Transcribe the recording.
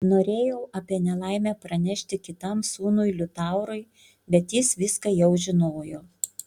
norėjau apie nelaimę pranešti kitam sūnui liutaurui bet jis viską jau žinojo